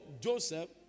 Joseph